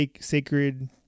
sacred